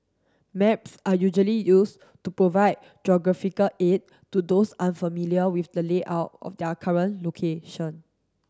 maps are usually used to provide geographical aid to those unfamiliar with the layout of their current location